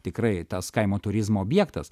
tikrai tas kaimo turizmo objektas